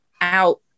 out